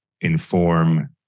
inform